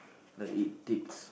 the eat tips